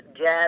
jazz